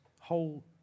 whole